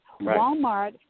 Walmart